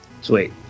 Sweet